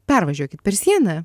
pervažiuokit per sieną